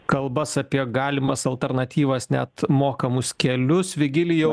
kalbas apie galimas alternatyvas net mokamus kelius vigilijau